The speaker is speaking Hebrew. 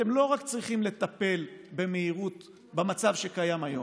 אתם לא רק צריכים לטפל במהירות במצב שקיים היום,